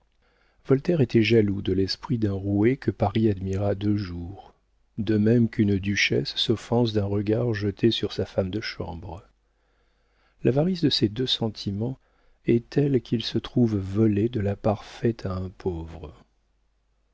voltaire était jaloux de l'esprit d'un roué que paris admira deux jours de même qu'une duchesse s'offense d'un regard jeté sur sa femme de chambre l'avarice de ces deux sentiments est telle qu'ils se trouvent volés de la part faite à un pauvre